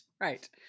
Right